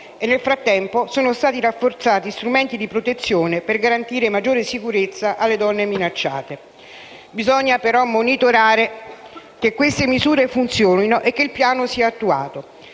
e, nel frattempo, sono stati rafforzati gli strumenti di protezione, per garantire maggiore sicurezza alle donne minacciate. Bisogna però monitorare che queste misure funzionino e che il piano sia attuato.